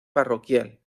parroquial